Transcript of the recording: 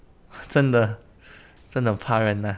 真的真的怕人 ah